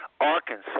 Arkansas